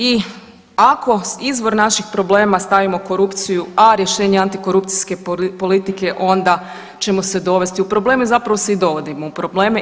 I ako izvor naših problema stavimo korupciju, a rješenje antikorupcijske politike onda ćemo se dovesti u probleme, zapravo se i dovodimo u probleme.